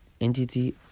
entity